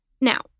Now